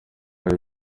ari